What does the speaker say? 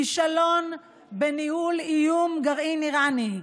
כישלון בניהול איום הגרעין האיראני,